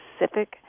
specific